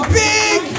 big